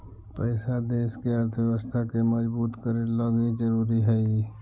पैसा देश के अर्थव्यवस्था के मजबूत करे लगी ज़रूरी हई